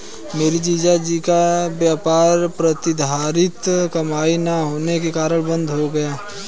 मेरे जीजा जी का व्यापार प्रतिधरित कमाई ना होने के कारण बंद हो गया